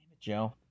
Joe